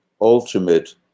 ultimate